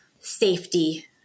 safety